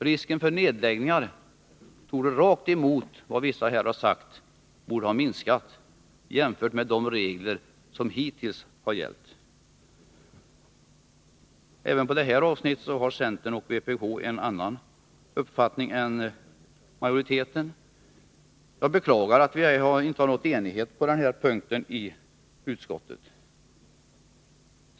Risken för nedläggningar torde därmed — tvärtemot vad vissa här har sagt — ha minskat. Även på det här avsnittet har centern och vpk en annan uppfattning än majoriteten. Jag beklagar att vi inte har nått enighet på den här punkten i utskottet.